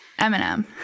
Eminem